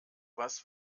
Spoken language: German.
was